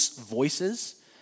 voices